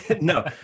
no